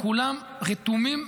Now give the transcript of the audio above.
כולם רתומים,